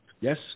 Yes